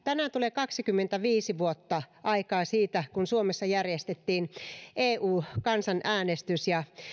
tänään tulee kaksikymmentäviisi vuotta aikaa siitä kun suomessa järjestettiin eu kansanäänestys ja